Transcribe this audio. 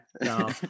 No